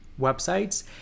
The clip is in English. websites